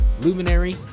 Luminary